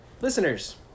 listeners